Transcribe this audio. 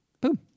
Boom